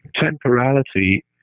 temporality